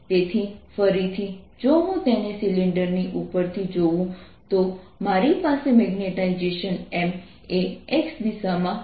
તેથી ફરીથી જો હું તેને સિલિન્ડરની ઉપરથી જોઉં તો મારી પાસે મેગ્નેટાઇઝેશન M એ x દિશામાં છે